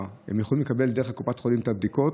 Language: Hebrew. שהם יכולים לקבל דרך קופת החולים את הבדיקות.